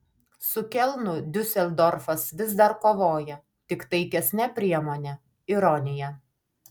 su kelnu diuseldorfas vis dar kovoja tik taikesne priemone ironija